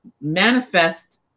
manifest